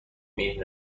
این